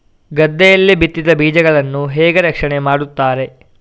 ಗದ್ದೆಯಲ್ಲಿ ಬಿತ್ತಿದ ಬೀಜಗಳನ್ನು ಹೇಗೆ ರಕ್ಷಣೆ ಮಾಡುತ್ತಾರೆ?